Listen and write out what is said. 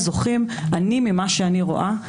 ממה שאני רואה,